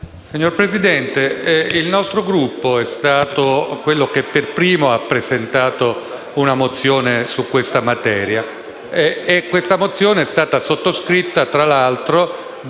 Signor Presidente, il nostro Gruppo è stato quello che per primo ha presentato una mozione su questa materia, che è stata sottoscritta, tra l'altro, da